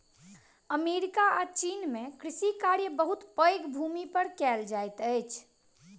America आ चीन में कृषि कार्य बहुत पैघ भूमि पर कएल जाइत अछि